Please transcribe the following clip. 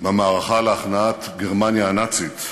במערכה להכנעת גרמניה הנאצית,